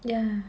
ya